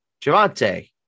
Javante